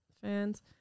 fans